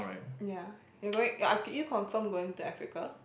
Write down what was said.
yeah you're going are are you confirm going to Africa